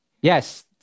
Yes